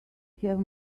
have